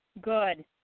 Good